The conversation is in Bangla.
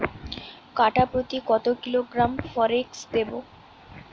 কাঠাপ্রতি কত কিলোগ্রাম ফরেক্স দেবো?